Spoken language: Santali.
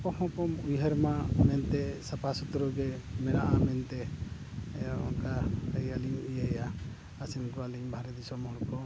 ᱟᱠᱚ ᱦᱚᱸᱠᱚ ᱩᱭᱦᱟᱹᱨ ᱢᱟ ᱚᱱᱮ ᱮᱱᱛᱮᱫ ᱥᱟᱯᱷᱟ ᱥᱩᱛᱨᱚ ᱜᱮ ᱢᱮᱱᱟᱜᱼᱟ ᱢᱮᱱᱛᱮ ᱚᱱᱠᱟ ᱤᱭᱟᱹᱞᱤᱧ ᱤᱭᱟᱹᱭᱟ ᱟᱥᱮᱱ ᱠᱚᱣᱟᱞᱤᱧ ᱵᱟᱨᱦᱮ ᱫᱤᱥᱚᱢ ᱦᱚᱲ ᱠᱚ